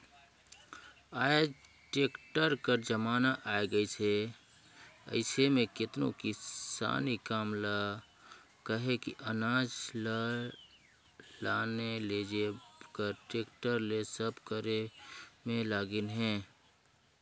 आएज टेक्टर कर जमाना आए गइस अहे अइसे में केतनो किसानी काम ल कहे कि अनाज ल लाने लेइजे कर टेक्टर ले सब करे में लगिन अहें